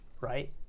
right